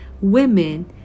women